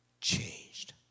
changed